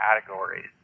categories